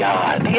God